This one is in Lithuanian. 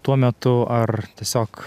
tuo metu ar tiesiog